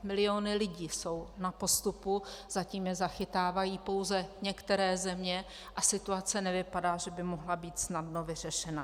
Miliony lidí jsou na postupu, zatím je zachytávají pouze některé země, a situace nevypadá, že by mohla být snadno vyřešena.